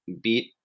beat